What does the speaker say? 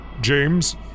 James